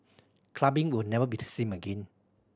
clubbing will never be the same again